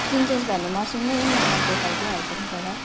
किन्छस् भने मसँग हिँड्न म देखाइदिइहाल्छु नि तँलाई